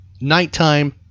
nighttime